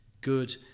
good